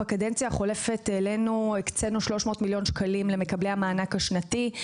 בקדנציה החולפת הקצינו 300 מיליון שקלים למקבלי המענק השנתי,